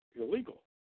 illegal